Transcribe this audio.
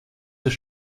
des